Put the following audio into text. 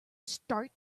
start